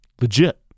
legit